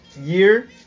year